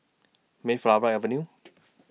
Mayflower Avenue